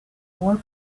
more